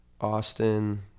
Austin